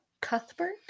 Cuthbert